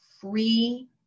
free